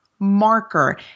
Marker